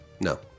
No